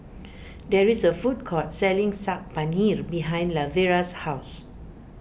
there is a food court selling Saag Paneer behind Lavera's house